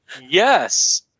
Yes